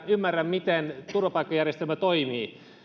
ymmärrä miten turvapaikkajärjestelmä toimii